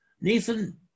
Nathan